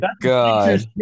god